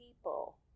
people